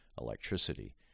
electricity